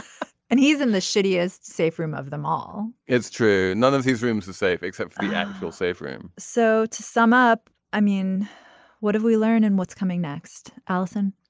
and he's in the shittiest safe room of them all it's true. none of these rooms are safe except for the actual safe room so to sum up i mean what have we learned and what's coming next alison